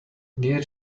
near